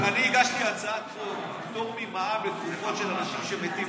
אבל אני הגשתי הצעת חוק פטור ממע"מ לתרופות לאנשים שמתים,